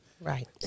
Right